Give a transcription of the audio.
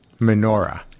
menorah